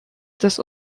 des